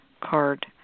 card